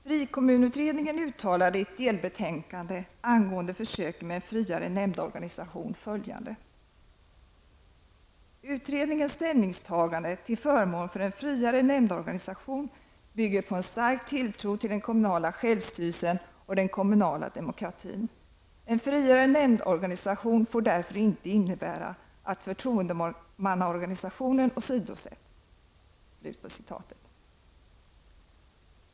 Frikommunutredningen uttalade i ett delbetänkande angående försöken med en friare nämndorganisation följande: ''Utredningens ställningstagande till förmån för en friare nämndorganisation bygger på en stark tilltro till den kommunala självstyrelsen och den kommunala demokratin. En friare nämndorganisation får därför inte innebära att förtroendemannaorganisationen åsidosätts.''